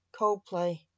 Coldplay